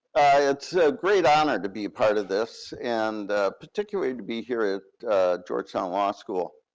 it's a great honor to be part of this and particularly to be here at georgetown law school.